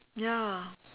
ya